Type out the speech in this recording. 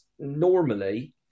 Normally